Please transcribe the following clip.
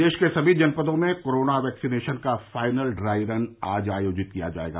प्रदेश के सभी जनपदों में कोरोना वैक्सिनेशन का फाइनल ड्राई रन आज आयोजित किया जायेगा